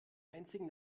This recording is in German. einzigen